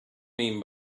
mean